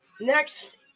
Next